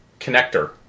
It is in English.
connector